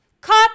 cut